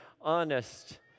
honest